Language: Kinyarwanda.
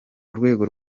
urwego